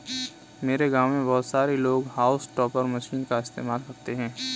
मेरे गांव में बहुत सारे लोग हाउस टॉपर मशीन का इस्तेमाल करते हैं